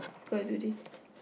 we got to do this